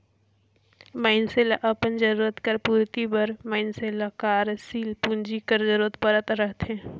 मइनसे ल अपन जरूरत कर पूरति बर मइनसे ल कारसील पूंजी कर जरूरत परत रहथे